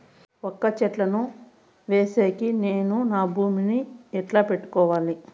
వక్క చెట్టును వేసేకి నేను నా భూమి ని ఎట్లా పెట్టుకోవాలి?